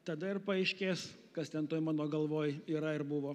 tada ir paaiškės kas ten toj mano galvoj yra ir buvo